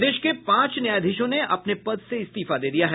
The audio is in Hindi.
प्रदेश के पांच न्यायाधीशों ने अपने पद से इस्तीफा दे दिया है